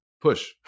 push